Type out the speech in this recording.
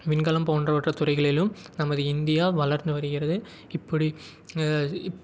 விண்கலம் போன்றவற்றை துறைகளிலும் நமது இந்தியா வளர்ந்து வருகிறது இப்படி இப்